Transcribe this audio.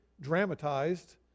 dramatized